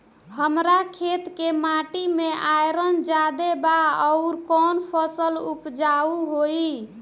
हमरा खेत के माटी मे आयरन जादे बा आउर कौन फसल उपजाऊ होइ?